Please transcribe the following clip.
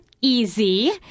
easy